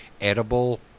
edible